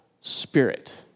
spirit